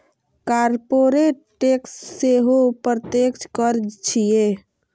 corporate tax सेहो प्रत्यक्ष कर छियै